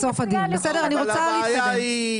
הבעיה היא,